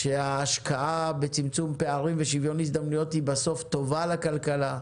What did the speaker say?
שההשקעה בצמצום פערים ושוויון הזדמנויות היא בסוף טובה לכלכלה,